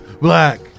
black